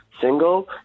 Single